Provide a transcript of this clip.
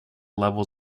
level